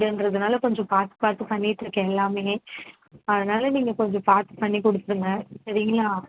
வீடுன்றதுனால கொஞ்சம் பார்த்து பார்த்து பண்ணிட்டு இருக்கேன் எல்லாம் அதனால் நீங்கள் கொஞ்சம் பார்த்து பண்ணி கொடுத்துருங்க சரிங்களா